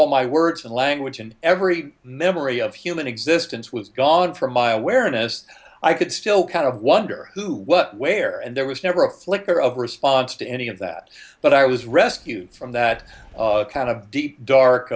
all my words and language and every memory of human existence was gone from my awareness i could still kind of wonder who what where and there was never a flicker of response to any of that but i was rescued from that kind of deep